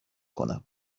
کنم